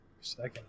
second